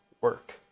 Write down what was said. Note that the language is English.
work